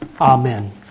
Amen